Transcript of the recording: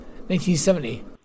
1970